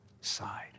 side